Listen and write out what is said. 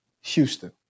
Houston